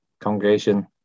congregation